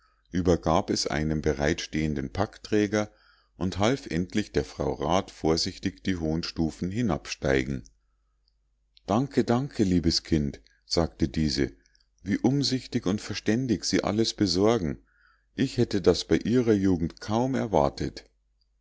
übergab es einem bereitstehenden packträger und half endlich der frau rat vorsichtig die hohen stufen hinabsteigen danke danke liebes kind sagte diese wie umsichtig und verständig sie alles besorgen ich hätte das bei ihrer jugend kaum erwartet